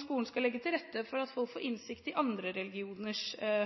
skolen skal legge til rette for at elevene får innsikt i andre religioners